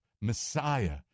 Messiah